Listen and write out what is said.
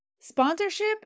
Sponsorship